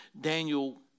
Daniel